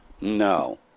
No